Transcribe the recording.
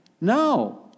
No